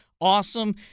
awesome